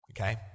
Okay